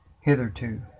hitherto